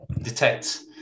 detect